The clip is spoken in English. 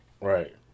Right